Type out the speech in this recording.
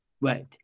Right